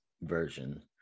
version